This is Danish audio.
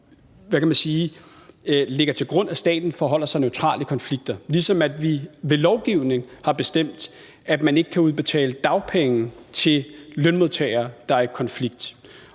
lægger til grund, at staten forholder sig neutralt i konflikter, ligesom vi ved lovgivning har bestemt, at man ikke kan udbetale dagpenge til lønmodtagere, der er i konflikt,